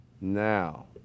now